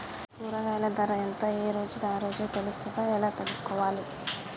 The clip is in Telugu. కూరగాయలు ధర ఎంత ఏ రోజుది ఆ రోజే తెలుస్తదా ఎలా తెలుసుకోవాలి?